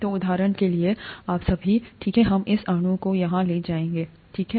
तो उदाहरण के लिए आप सभी ठीक है हम इस अणु को यहाँ ले जाएँ ठीक है